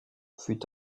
fut